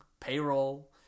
payroll